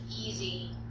easy